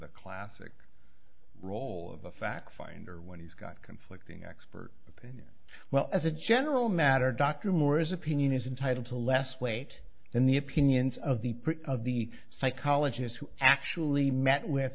the classic role of a fact finder when he's got conflicting expert opinion well as a general matter dr morris opinion is entitled to less weight than the opinions of the part of the psychologists who actually met with